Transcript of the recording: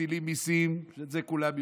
שמטילים מיסים, את זה כולם יודעים,